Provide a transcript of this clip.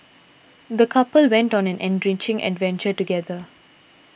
the couple went on an enriching adventure together